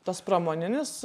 tas pramoninis